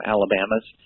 Alabama's